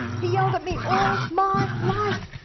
he yelled at me all my life.